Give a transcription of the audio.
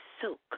silk